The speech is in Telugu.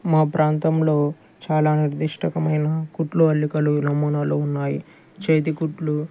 మా ప్రాంతంలో చాలా నిర్దిష్టకమైన కుట్లు అల్లికలు నమూనాలు ఉన్నాయి చేతి కుట్లు